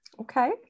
okay